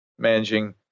managing